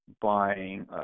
buying